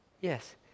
Yes